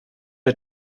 der